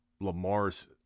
Lamar's